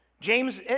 James